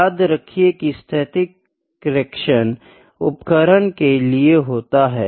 याद रखिये की स्थैतिक कनेक्शन उपकरण के लिए होता है